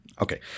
Okay